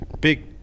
big